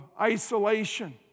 isolation